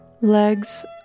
Legs